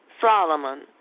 Solomon